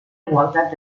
igualtat